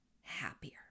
happier